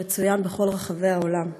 שמצוין בכל רחבי העולם.